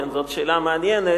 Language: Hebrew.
זאת שאלה מעניינת,